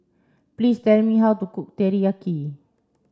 please tell me how to cook Teriyaki